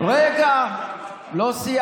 " אני אתקן אותך, רגע, לא סיימתי.